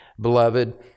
beloved